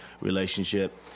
relationship